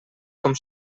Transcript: com